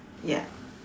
ya